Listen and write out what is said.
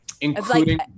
including